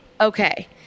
Okay